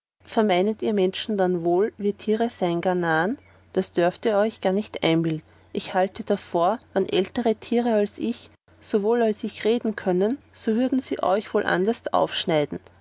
vermeinet ihr menschen dann wohl wir tiere sein gar narren das dörft ihr euch wohl nicht einbilden ich halte davor wann ältere tiere als ich so wohl als ich reden könnten sie würden euch wohl anderst aufschneiden